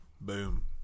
Boom